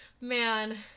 man